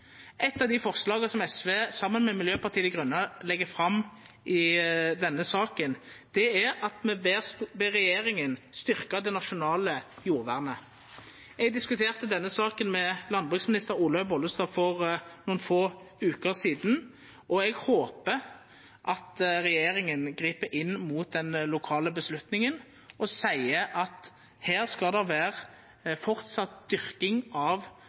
av dei forslaga som SV saman med Miljøpartiet Dei Grøne legg fram i denne saka, er at me ber regjeringa styrkja det nasjonale jordvernet. Eg diskuterte denne saka med landbruksminister Olaug Vervik Bollestad for nokre få veker sidan, og eg håpar at regjeringa grip inn mot den lokale avgjerda og seier at her skal det framleis vera dyrking av